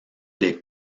des